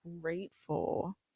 grateful